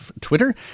Twitter